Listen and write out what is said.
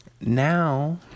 now